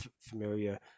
familiar